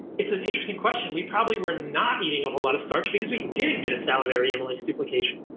it's an interesting question. we probably were not eating a whole lot of starch because we didn't get a salivary amylase duplication.